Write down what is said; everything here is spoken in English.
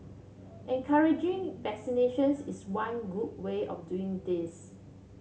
encouraging vaccinations is one good way of doing this